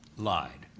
lied.